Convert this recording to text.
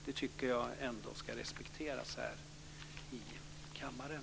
Det tycker jag ändå ska respekteras här i kammaren.